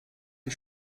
die